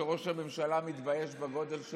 אני חושב שראש הממשלה מתבייש בגודל של